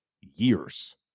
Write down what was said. years